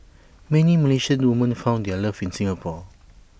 many Malaysian woman found their love in Singapore